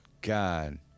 God